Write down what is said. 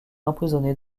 emprisonné